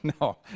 no